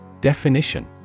Definition